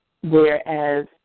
Whereas